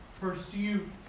Pursue